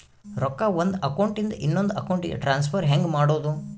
ರೊಕ್ಕ ಒಂದು ಅಕೌಂಟ್ ಇಂದ ಇನ್ನೊಂದು ಅಕೌಂಟಿಗೆ ಟ್ರಾನ್ಸ್ಫರ್ ಹೆಂಗ್ ಮಾಡೋದು?